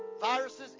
viruses